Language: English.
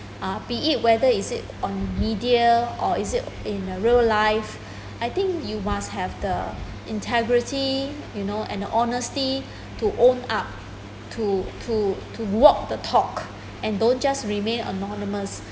uh be it whether is it on media or is it in the real life I think you must have the integrity you know and the honesty to own up to to to walk the talk and don't just remain anonymous